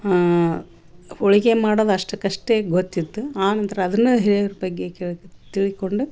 ಹಾಂ ಹೋಳಿಗೆ ಮಾಡೋದು ಅಷ್ಟಕ್ಕಷ್ಟೇ ಗೊತ್ತಿತ್ತು ಆ ನಂತರ ಅದನ್ನ ಹಿರಿಯರ ಬಗ್ಗೆ ಕೇಳ್ಕ ತಿಳಿದುಕೊಂಡು